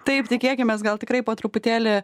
taip tikėkimės gal tikrai po truputėlį